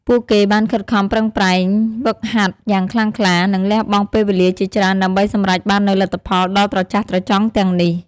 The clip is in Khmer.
ពួកគេបានខិតខំប្រឹងប្រែងហ្វឹកហាត់យ៉ាងខ្លាំងក្លា និងលះបង់ពេលវេលាជាច្រើនដើម្បីសម្រេចបាននូវលទ្ធផលដ៏ត្រចះត្រចង់ទាំងនេះ។